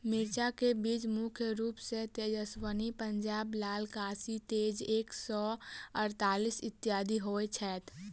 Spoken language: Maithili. मिर्चा केँ बीज मुख्य रूप सँ तेजस्वनी, पंजाब लाल, काशी तेज एक सै अड़तालीस, इत्यादि होए छैथ?